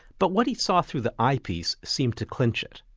but what he saw through the eyepiece seemed to clinch it.